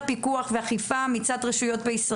מחלות במערכת העיכול ובפציעות מטלטלות בגלל התקופה הממושכת